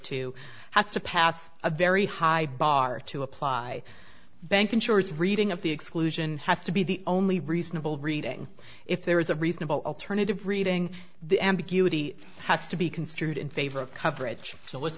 a path a very high bar to apply bank insurance reading of the exclusion has to be the only reasonable reading if there is a reasonable alternative reading the ambiguity has to be construed in favor of coverage so what's